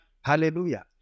Hallelujah